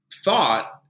thought